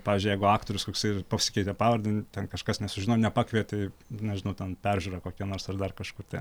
pavyzdžiui jeigu aktorius koksai pasikeitė pavardę ten kažkas nesužino nepakvietė nežinau ten peržiūra kokia nors ar dar kažkur tai